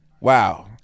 Wow